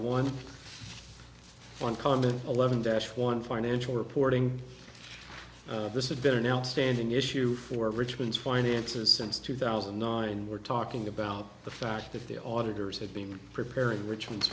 one one comment eleven dash one financial reporting this had been outstanding issue for richmond's finances since two thousand and nine we're talking about the fact that the auditors had been preparing richmond's